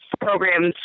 programs